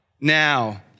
Now